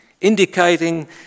indicating